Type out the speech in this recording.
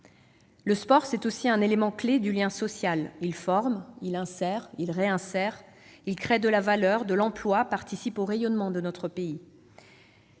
Le sport est aussi un élément clé du lien social. Il forme, il insère, il réinsère, il crée de la valeur, de l'emploi, participe au rayonnement de notre pays.